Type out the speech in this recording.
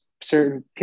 certain